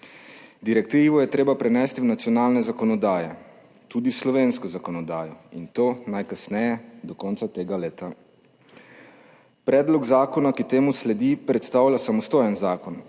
Direktivo je treba prenesti v nacionalne zakonodaje, tudi v slovensko zakonodajo, in to najkasneje do konca tega leta. Predlog zakona, ki temu sledi, predstavlja samostojen zakon,